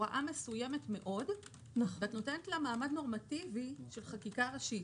הוראה מאוד מסוימת ואת נותנת לה מעמד נורמטיבי של חקיקה ראשית,